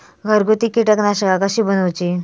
घरगुती कीटकनाशका कशी बनवूची?